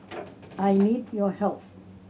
I need your help